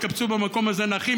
התקבצו במקום הזה נכים,